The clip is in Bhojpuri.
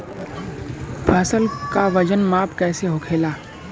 फसल का वजन माप कैसे होखेला?